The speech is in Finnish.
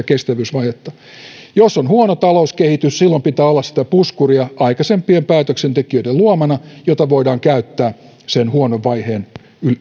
kestävyysvajetta jos on huono talouskehitys silloin pitää olla sitä puskuria aikaisempien päätöksentekijöiden luomana jota voidaan käyttää sen huonon vaiheen